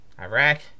Iraq